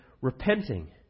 repenting